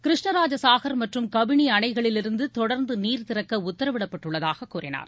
கிருஷ்ணராஜசாகர் மற்றும் கபினி அணைகளிலிருந்து தொடர்ந்து நீர் திறக்க உத்தரவிடப்பட்டுள்ளதாக கூறினார்